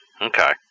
Okay